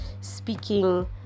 speaking